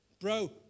Bro